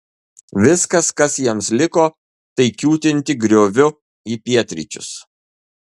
viskas kas jiems liko tai kiūtinti grioviu į pietryčius